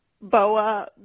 Boa